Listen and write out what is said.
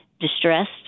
distressed